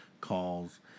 calls